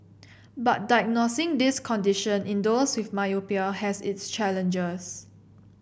but diagnosing this condition in those with myopia has its challenges